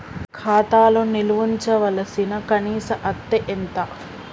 ఖాతా లో నిల్వుంచవలసిన కనీస అత్తే ఎంత?